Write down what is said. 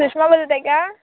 सुषमा बोलते आहे का